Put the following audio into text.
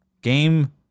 game